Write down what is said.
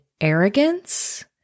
arrogance